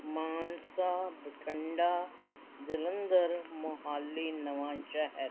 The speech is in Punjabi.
ਮਾਨਸਾ ਬਠਿੰਡਾ ਜਲੰਧਰ ਮੋਹਾਲੀ ਨਵਾਂਸ਼ਹਿਰ